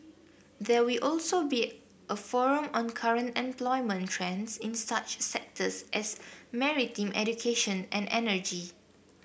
there will also be a forum on current employment trends in such sectors as maritime education and energy